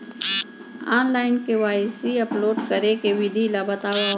Online KYC upload करे के विधि ला बतावव?